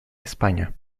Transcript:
españa